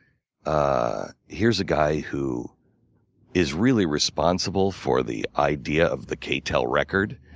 ah here's a guy who is really responsible for the idea of the catel record.